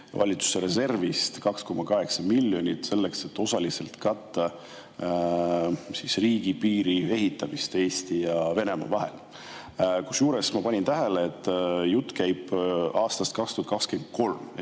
Valitsuse reservist 2,8 miljonit selleks, et osaliselt katta riigipiiri ehitamist Eesti ja Venemaa vahel. Kusjuures ma panin tähele, et jutt käib aastast 2023